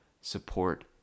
support